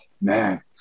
man